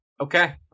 Okay